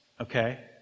okay